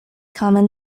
common